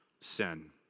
sin